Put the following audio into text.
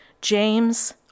James